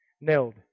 nailed